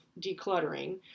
decluttering